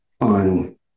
on